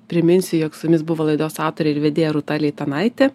priminsiu jog su jumis buvo laidos autorė ir vedėja rūta leitanaitė